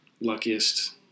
luckiest –